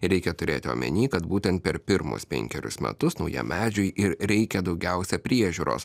ir reikia turėti omeny kad būtent per pirmus penkerius metus naujam medžiui ir reikia daugiausia priežiūros